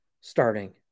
starting